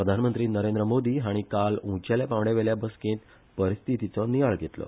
प्रधानमंत्री नरेंद्र मोदी हाणी काल उंचेल्या पांवड्यावेल्या बसकेंत परिस्थीतीचो नियाळ घेतलो